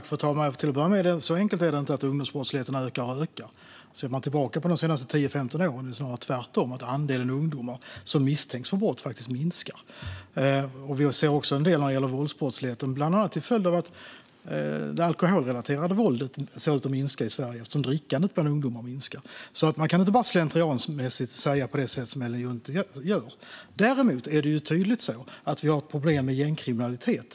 Fru talman! Till att börja med är det inte så enkelt att ungdomsbrottsligheten ökar. Ser man tillbaka på de senaste 10, 15 åren har tvärtom andelen ungdomar som misstänks för brott minskat. Vi ser också det en del när det gäller våldsbrottsligheten. Det är bland annat till följd av att det alkoholrelaterade våldet ser ut att minska i Sverige eftersom drickandet bland ungdomar minskar. Man kan inte bara slentrianmässigt säga på det sätt som Ellen Juntti gör. Däremot är det tydligt så att vi har ett problem med gängkriminalitet.